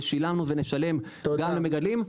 ושילמנו ונשלם גם למגדלים,